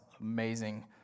amazing